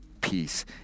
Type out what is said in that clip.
peace